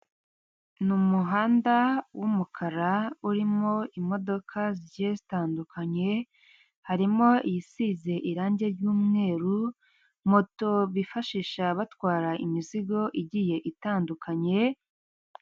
Ni umuhanda w'umukara urimo imodoka zigiye zitandukanye; harimo iyisize irangi ry'umweru, moto bifashisha batwara imizigo igiye itandukanye